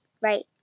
right